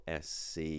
SC